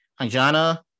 Anjana